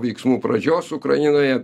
veiksmų pradžios ukrainoje